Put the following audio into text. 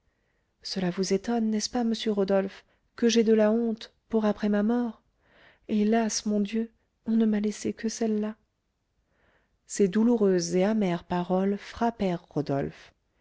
cela vous étonne n'est-ce pas monsieur rodolphe que j'aie de la honte pour après ma mort hélas mon dieu on ne m'a laissé que celle-là ces douloureuses et amères paroles frappèrent rodolphe